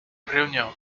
reunião